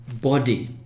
body